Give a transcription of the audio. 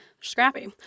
Scrappy